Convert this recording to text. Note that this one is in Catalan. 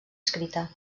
escrita